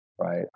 right